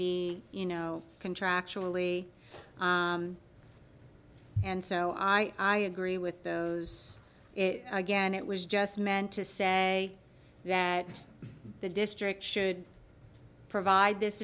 be you know contractually and so i i agree with those again it was just meant to say that the district should provide this